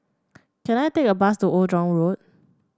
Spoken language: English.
can I take a bus to Old Jurong Road